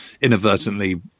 inadvertently